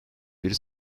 bir